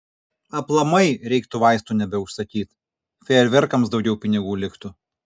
aplamai reiktų vaistų nebeužsakyt fejerverkams daugiau pinigų liktų